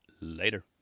later